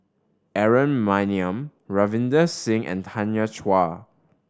Aaron Maniam Ravinder Singh and Tanya Chua